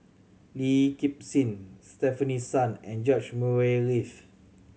Lee Kip thing Stefanie Sun and George Murray Reith